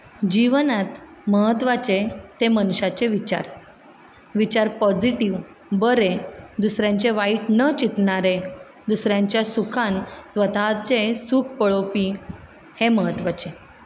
जिवनांत म्हत्वाचे ते मनशाचे विचार विचार पॉजिटीव बरें दुसऱ्यांचें वायट न चिंतनारे दुसऱ्यांच्या सुखान स्वताचें सूख पळोवपी हें म्हत्वाचें